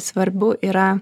svarbu yra